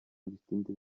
distintes